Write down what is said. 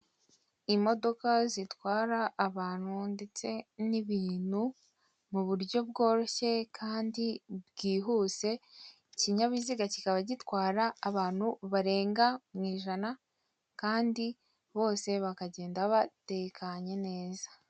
Imodoka zitwara abantu ndetse n'ibintu kandi muburyo bworoshye kandi bwihuse, ikinyabiziga kikaba gitwara abantu barenga mw'ijana kandi bose bakagenda batekanye neza.